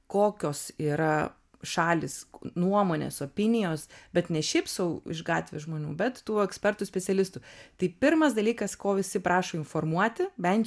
kokios yra šalys nuomonės opinijos bet ne šiaip sau iš gatvės žmonių bet tų ekspertų specialistų tai pirmas dalykas ko visi prašo informuoti bent